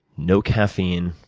no caffeine,